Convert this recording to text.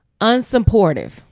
Unsupportive